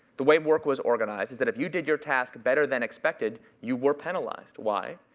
the way work was organized is that if you did your task better than expected, you were penalized. why?